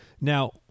Now